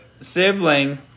sibling